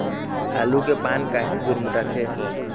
आलू के पान काहे गुरमुटाथे?